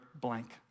blank